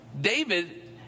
David